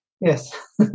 Yes